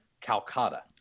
Calcutta